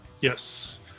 Yes